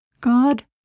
God